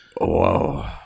whoa